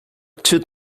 two